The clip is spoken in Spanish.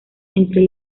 entre